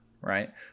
right